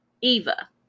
Eva